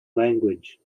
language